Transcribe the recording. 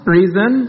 reason